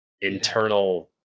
internal